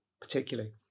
particularly